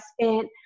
spent